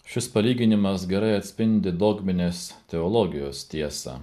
šis palyginimas gerai atspindi dogminės teologijos tiesą